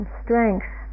strength